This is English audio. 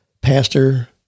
pastor